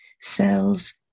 cells